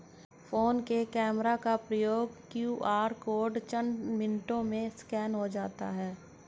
phone के camera का प्रयोग करके क्यू.आर कोड चंद मिनटों में स्कैन हो जाता है